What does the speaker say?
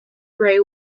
grey